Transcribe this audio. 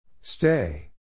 Stay